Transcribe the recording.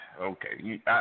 Okay